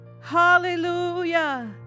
Hallelujah